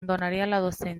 docencia